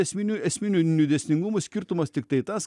esminių esminių niu dėsningumų skirtumas tiktai tas